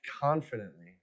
confidently